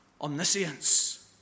omniscience